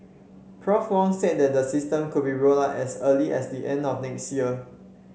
Prof Wong said the system could be rolled out as early as the end of next year